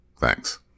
Thanks